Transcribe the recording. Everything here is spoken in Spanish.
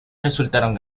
resultaron